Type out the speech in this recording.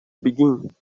begin